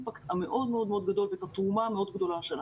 את האימפקט המאוד מאוד גדול ואת התרומה המאוד גדולה שלה.